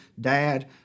dad